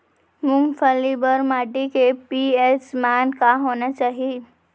मूंगफली बर माटी के पी.एच मान का होना चाही?